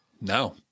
No